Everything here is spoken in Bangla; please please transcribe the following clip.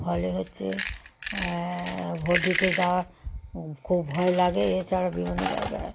ফলে হচ্ছে ভোট দিতে যাওয়ার খুব ভয় লাগে এছাড়া বিভিন্ন জায়গায়